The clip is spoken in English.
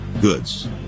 goods